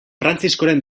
frantziskoren